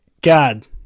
God